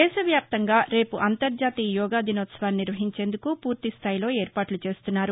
దేశ వ్యాప్తంగా రేపు అంతర్జాతీయ యోగా దినోత్సవాన్ని నిర్వహించేందుకు పూర్తి స్టాయిలో ఏర్పాట్ల చేస్తున్నారు